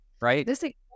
Right